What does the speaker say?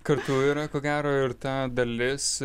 kartu yra ko gero ir ta dalis